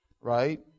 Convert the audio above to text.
right